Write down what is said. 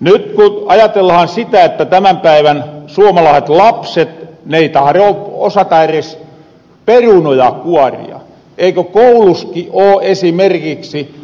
nyt ku ajatellahan sitä että tämän päivän suomalaaset lapset ei tahro osata eres perunoja kuoria eikö kouluski oo esimerkiksi